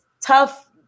tough